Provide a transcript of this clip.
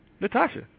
Natasha